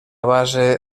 base